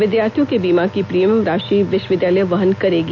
विद्यार्थियों के बीमा की प्रीमियम राशि विश्वविद्यालय वहन करेगी